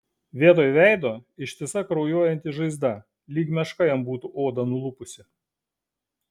vietoj veido ištisa kraujuojanti žaizda lyg meška jam būtų odą nulupusi